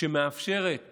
שמאפשרת